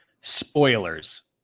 Spoilers